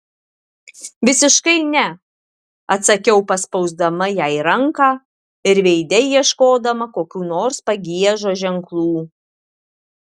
visiškai ne atsakiau paspausdama jai ranką ir veide ieškodama kokių nors pagiežos ženklų